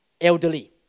elderly